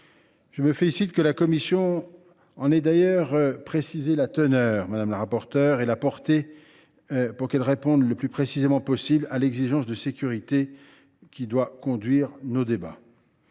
Je me félicite que la commission en ait d’ailleurs précisé la teneur et la portée pour que ce texte réponde le plus précisément possible à l’exigence de sécurité qui doit conduire nos débats.